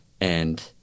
And-